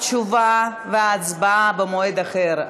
התשובה וההצבעה במועד אחר,